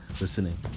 listening